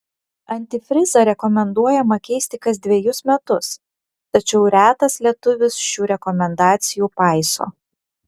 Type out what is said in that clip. antifrizą rekomenduojama keisti kas dvejus metus tačiau retas lietuvis šių rekomendacijų paiso